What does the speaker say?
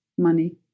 money